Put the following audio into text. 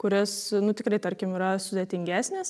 kuris nu tikrai tarkim yra sudėtingesnis